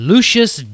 Lucius